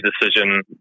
decision